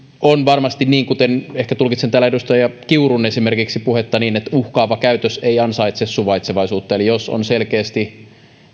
on varmasti niin kuten ehkä tulkitsen täällä esimerkiksi edustaja kiurun puhetta että uhkaava käytös ei ansaitse suvaitsevaisuutta eli jos on selkeästi